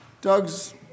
Doug's